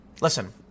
Listen